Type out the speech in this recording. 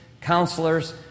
counselors